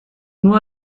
nur